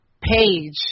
page